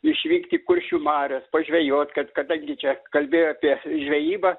išvykti į kuršių marias pažvejot kad kadangi čia kalbėjo apie žvejybą